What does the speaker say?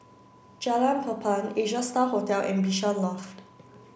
Jalan Papan Asia Star Hotel and Bishan Loft